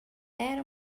era